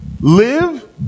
live